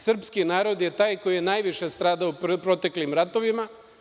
Srpski narod je taj koji je najviše stradao u proteklim ratovima.